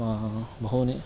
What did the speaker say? बहूनि